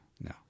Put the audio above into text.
No